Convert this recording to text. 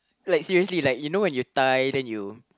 like seriously like you know when you tie then you